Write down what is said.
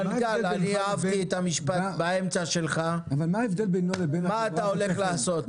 אני אהבתי את המשפט באמצע שלך, מה אתה הולך לעשות?